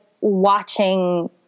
watching